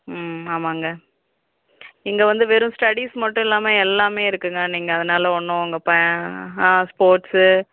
ம் ஆமாங்க இங்கே வந்து வெறும் ஸ்டடீஸ் மட்டும் இல்லாமல் எல்லாமே இருக்குதுங்க நீங்கள் அதனால் ஒன்னும் உங்கள் ப ஆ ஸ்போர்ட்ஸ்ஸு